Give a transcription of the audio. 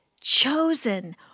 chosen